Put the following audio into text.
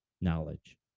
knowledge